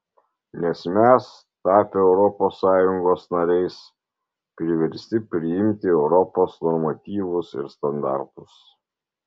nes mes tapę europos sąjungos nariais priversti priimti europos normatyvus ir standartus